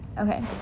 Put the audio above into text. Okay